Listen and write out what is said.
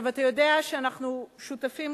יפה